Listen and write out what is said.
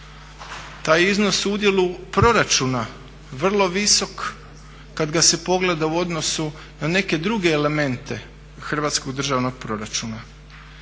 Taj je iznos u udjelu proračuna vrlo visok kad ga se pogleda u odnosu na neke druge elemente hrvatskog državnog proračuna.